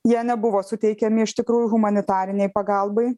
jie nebuvo suteikiami iš tikrųjų humanitarinei pagalbai